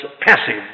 passive